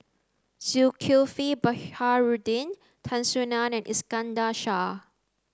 Zulkifli Tan Soo Nan and Iskandar Shah